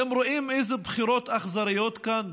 אתם רואים אילו בחירות אכזריות כאן?